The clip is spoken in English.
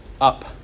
up